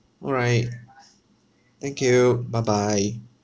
all right thank you bye bye